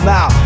Now